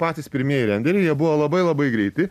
patys pirmieji renderiai jie buvo labai labai greiti